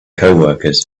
coworkers